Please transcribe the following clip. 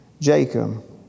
Jacob